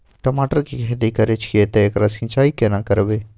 टमाटर की खेती करे छिये ते एकरा सिंचाई केना करबै?